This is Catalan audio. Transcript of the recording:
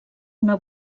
una